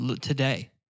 today